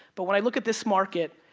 but when i look at this market,